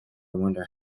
wonder